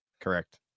correct